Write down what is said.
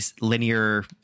linear